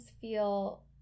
feel